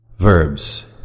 Verbs